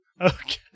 Okay